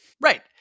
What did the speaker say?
Right